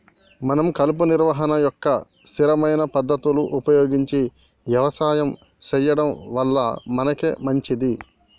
మనం కలుపు నిర్వహణ యొక్క స్థిరమైన పద్ధతులు ఉపయోగించి యవసాయం సెయ్యడం వల్ల మనకే మంచింది